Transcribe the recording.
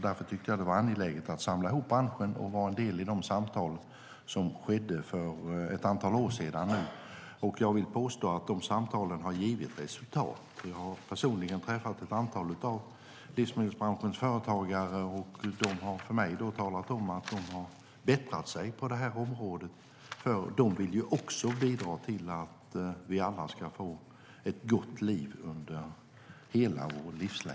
Därför tyckte jag att det var angeläget att samla branschen och delta i de samtal som skedde för ett antal år sedan. Jag vill påstå att de samtalen har givit resultat. Jag har personligen träffat ett antal företrädare för livsmedelsbranschen, och de har talat om för mig att de har bättrat sig på det här området. De vill också bidra till att vi alla ska få ett gott liv under hela livet.